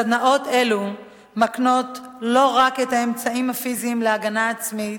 סדנאות אלה מקנות לא רק את האמצעים הפיזיים להגנה עצמית,